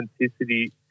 authenticity